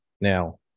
now